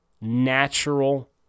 natural